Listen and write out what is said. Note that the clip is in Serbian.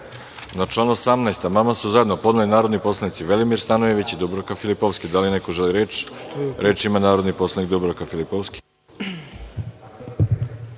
član 18. amandman su zajedno podneli narodni poslanici Velimir Stanojević i Dubravka Filipovski. Da li neko želi reč? Reč ima narodni poslanik Dubravka Filipovski.